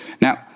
Now